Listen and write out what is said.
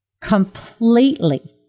completely